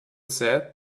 said